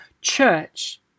church